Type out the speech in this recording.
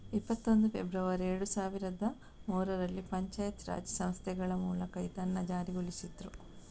ಇಪ್ಪತ್ತೊಂದು ಫೆಬ್ರವರಿ ಎರಡು ಸಾವಿರದ ಮೂರರಲ್ಲಿ ಪಂಚಾಯತ್ ರಾಜ್ ಸಂಸ್ಥೆಗಳ ಮೂಲಕ ಇದನ್ನ ಜಾರಿಗೊಳಿಸಿದ್ರು